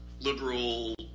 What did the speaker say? liberal